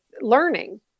learning